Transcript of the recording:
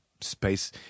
space